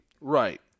Right